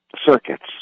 circuits